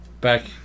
Back